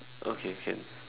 okay can